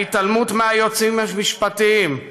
ההתעלמות מהיועצים המשפטיים,